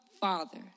Father